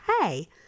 Hey